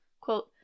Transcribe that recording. Quote